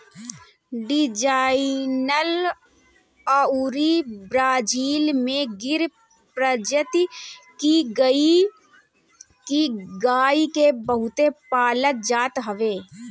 Israel अउरी Brazil में गिर प्रजति के गाई के बहुते पालल जात हवे